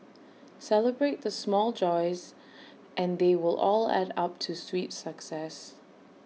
celebrate the small joys and they will all add up to sweet success